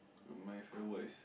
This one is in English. my favourite word is